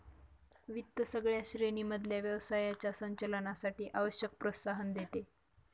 वित्त सगळ्या श्रेणी मधल्या व्यवसायाच्या संचालनासाठी आवश्यक प्रोत्साहन देते